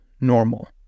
normal